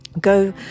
go